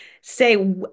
say